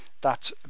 that